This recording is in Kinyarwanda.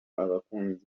abakunzi